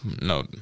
no